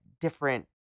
different